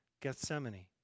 Gethsemane